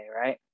right